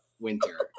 winter